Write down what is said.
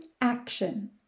action